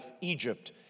Egypt